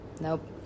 nope